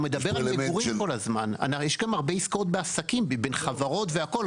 יש גם הרבה עסקאות בעסקים, בין חברות והכל.